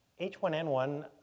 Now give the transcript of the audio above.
H1N1